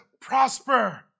prosper